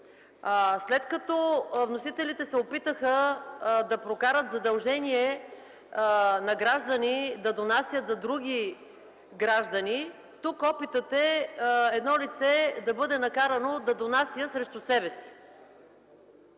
След като вносителите се опитаха да прокарат задължение на граждани да донасят за други граждани, тук опитът е едно лице да бъде накарано да донася срещу себе си.